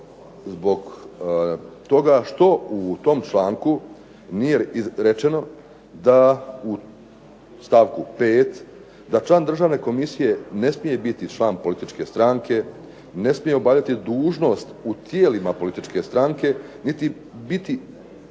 zbog toga što u tom članku nije rečeno da u stavku 5. da član državne komisije ne smije biti član političke stranke, ne smije obavljati dužnost u tijelima političke stranke niti biti